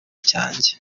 cyanjye